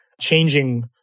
changing